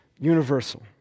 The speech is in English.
universal